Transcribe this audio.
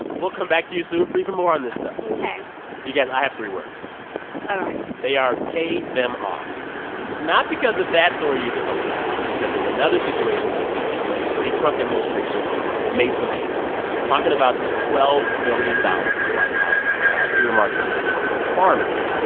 we'll come back to you soon for even more on this stuff ok you guys, i have three words all right they are pay them off not because of that story you just told me, vanessa, but because there's another situation this week in which the trump administration made some payments. i'm talking about this twelve billion dollars that the white house earmarked this week for farmers.